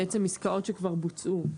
עסקאות שכבר בוצעו.